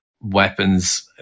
weapons